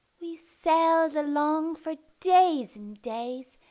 we sailed along for days and days,